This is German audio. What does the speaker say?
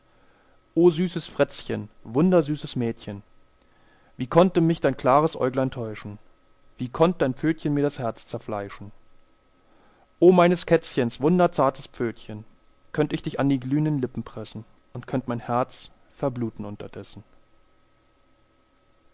o süßes frätzchen wundersüßes mädchen wie konnte mich dein klares äuglein täuschen wie konnt dein pfötchen mir das herz zerfleischen o meines kätzchens wunderzartes pfötchen könnt ich dich an die glühnden lippen pressen und könnt mein herz verbluten unterdessen